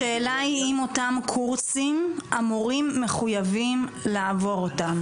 השאלה היא אם אותם קורסים המורים מחוייבים לעבור אותם.